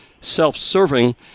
self-serving